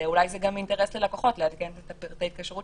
אולי זה גם אינטרס ללקוחות לעדכן את פרטי ההתקשרות